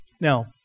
Now